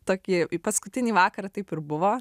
tokį paskutinį vakarą taip ir buvo